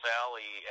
Valley